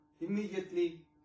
immediately